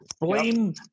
blame